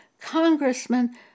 congressman